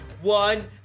one